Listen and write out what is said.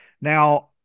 Now